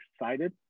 excited